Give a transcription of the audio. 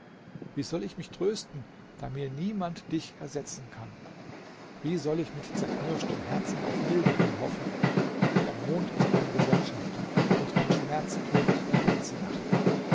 wie soll ich mich trösten da mir niemand dich ersetzen kann wie soll ich mit zerknirschtem herzen auf milderung hoffen der mond ist mein gesellschafter und mein schmerz tobt die ganze nacht